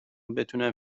بتونن